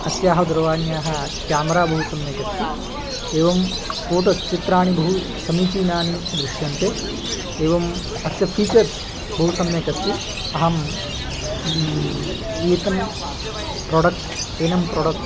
अस्याः दूरवाण्याः केमेरा बहु सम्यकस्ति एवं फ़ोटोस् चित्राणि बहु समीचीनानि दृश्यन्ते एवं अस्य फ़ीचर्स् बहु सम्यक् अस्ति अहं एतं प्रोडक्ट् एनं प्रोडक्ट्